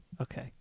Okay